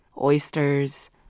oysters